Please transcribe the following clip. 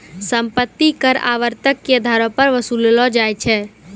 सम्पति कर आवर्तक के अधारो पे वसूललो जाय छै